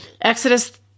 Exodus